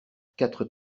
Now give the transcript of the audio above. quatre